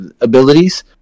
abilities